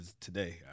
today